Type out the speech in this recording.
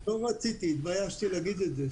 לא רציתי, התביישתי להגיד את זה.